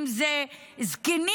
אם זה זקנים,